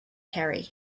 harry